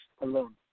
alone